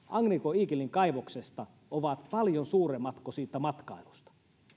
agnico eaglen kaivoksesta tulevat verotulot ovat paljon suuremmat kuin siitä matkailusta tulevat